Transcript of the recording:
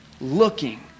looking